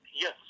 Yes